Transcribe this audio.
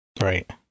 Right